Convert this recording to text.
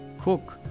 cook